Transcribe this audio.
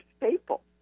staple